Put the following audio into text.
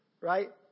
right